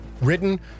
written